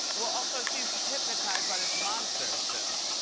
well also she's hypnotized by this monster still.